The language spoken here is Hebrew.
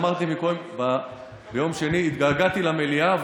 אמרתי ביום שני שהתגעגעתי למליאה,